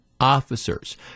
Officers